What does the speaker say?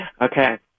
Okay